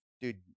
dude